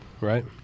right